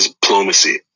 diplomacy